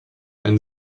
ein